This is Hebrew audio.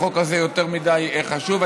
החוק הזה יותר מדי חשוב.